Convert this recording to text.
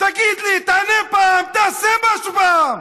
תגיד לי, תענה פעם, תעשה משהו פעם.